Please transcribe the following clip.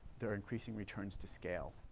they're increasing returns to scale,